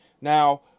Now